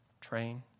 Train